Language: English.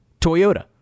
Toyota